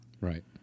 right